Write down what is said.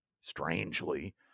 strangely